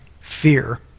fear